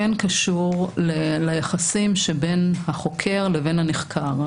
קשור ליחסים שבין החוקר לבין הנחקר.